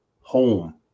home